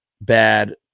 bad